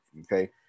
okay